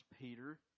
Peter